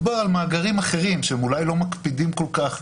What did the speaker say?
מדובר על מאגרים אחרים, שאולי לא מקפידים כל כך,